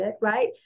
right